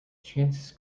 chances